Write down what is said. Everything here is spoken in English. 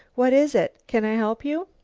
what is it? can i help you?